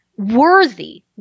worthy